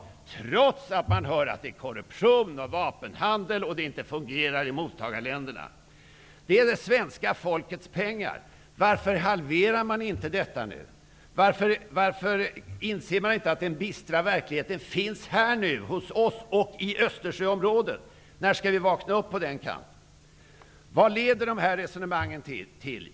Detta gör vi trots att vi får höra att det förekommer korrumption och vapenhandel och att det inte fungerar i mottagarländerna. Detta är svenska folkets pengar. Varför halverar man inte biståndet nu? Varför inser man inte att den bistra verkligheten finns här hos oss och i Östersjöområdet? När skall vi vakna upp? Vad leder dessa resonemang till?